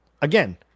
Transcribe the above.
Again